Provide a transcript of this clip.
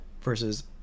versus